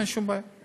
אין שום בעיה.